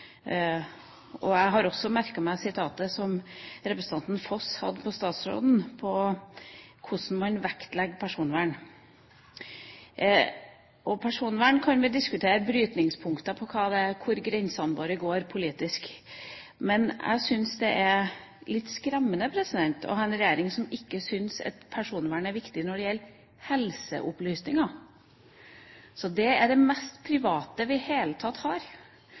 Jeg har også merket meg at representanten Foss siterte statsråden på hvordan man vektlegger personvernet. Vi kan diskutere personvern og brytningspunkter når det gjelder hvor grensene våre går politisk – men jeg syns det er litt skremmende å ha en regjering som ikke syns at personvernet er viktig når det gjelder helseopplysninger. Det er det absolutt mest private vi